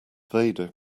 vader